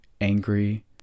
angry